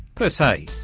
per say.